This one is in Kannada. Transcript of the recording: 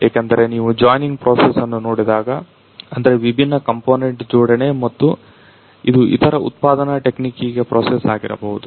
ಏಕೆಂದರೆ ನೀವು ಜಾಯ್ನಿಂಗ್ ಪ್ರೊಸೆಸ್ ಯನ್ನು ನೋಡಿದಾಗ ಅಂದ್ರೆ ವಿಭಿನ್ನ ಕಂಪೊನೆಂಟ್ ಜೋಡಣೆ ಮತ್ತು ಇದು ಇತರ ಉತ್ಪಾದನಾ ಟೆಕ್ನಿಕ್ಕಿಗೆ ಪ್ರೊಸೆಸ್ ಆಗಿರಬಹುದು